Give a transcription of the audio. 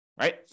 right